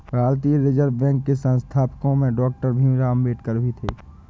भारतीय reserve bank के संस्थापकों में डॉक्टर भीमराव अंबेडकर भी थे